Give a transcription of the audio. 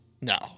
No